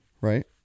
right